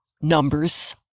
numbers